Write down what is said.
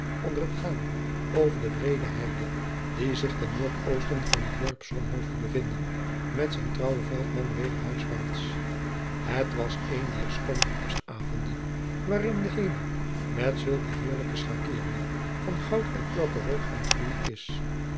onder t gaan over de breede heiden die zich ten noordoosten van het dorp sonheuvel bevinden met zijn trouwen veltman weder huiswaart het was een dier schoone herfstavonden waarin de hemel met zulke heerlijke schakeeringen van goud en purperrood ontgloeid is